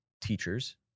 teachers